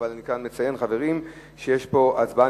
מי בעד?